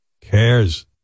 Cares